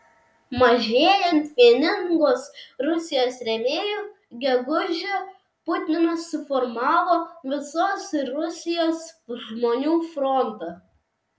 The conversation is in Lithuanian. mažėjant vieningos rusijos rėmėjų gegužę putinas suformavo visos rusijos žmonių frontą